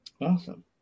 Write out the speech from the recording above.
Awesome